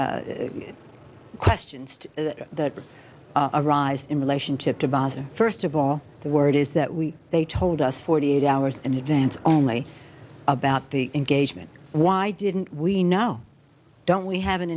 many questions to the a rise in relationship to bother first of all the word is that we they told us forty eight hours in advance only about the engagement why didn't we know don't we have an